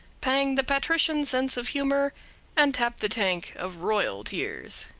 panged the patrician sense of humor and tapped the tank of royal tears.